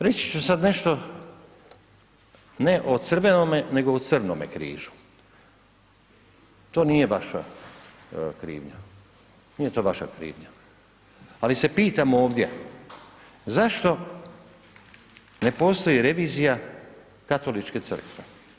Reći ću sad nešto, ne o crvenome, nego o crnome križu, to nije vaša krivnja, nije to vaša krivnja, ali se pitamo ovdje zašto ne postoji revizija Katoličke crkve?